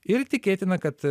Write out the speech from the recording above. ir tikėtina kad